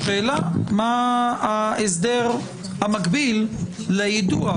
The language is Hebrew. השאלה מה ההסדר המקביל ליידוע.